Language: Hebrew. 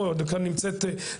אבל כמובן הדבר הוא קטן יחסית.